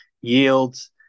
yields